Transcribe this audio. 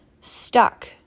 stuck